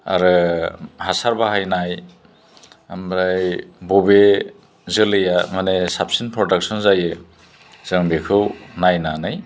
आरो हासार बाहायनाय ओमफ्राय बबे जोलैया माने साबसिन प्रडाक्शन जायो जों बेखौ नायनानै